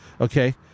okay